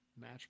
match